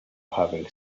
having